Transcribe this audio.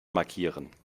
markieren